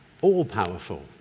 all-powerful